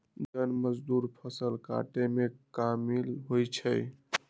जन मजदुर फ़सल काटेमें कामिल होइ छइ